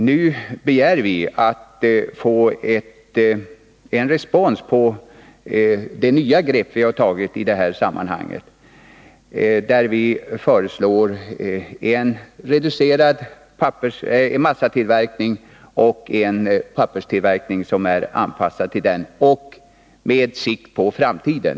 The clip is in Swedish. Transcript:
Nu begär vi att få en respons på det nya grepp vi har tagit i det här sammanhanget, där vi föreslår en reducerad massatillverkning och en papperstillverkning som är anpassad till den och som har siktet inställt på framtiden.